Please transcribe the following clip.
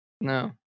No